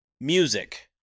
Music